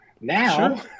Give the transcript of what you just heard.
Now